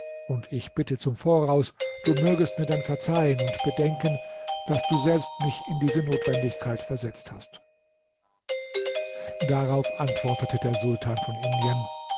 und ich bitte zum voraus du mögest mir dann verzeihen und bedenken daß du selbst mich in diese notwendigkeit versetzt hast darauf antwortete der sultan von indien